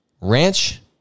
ranch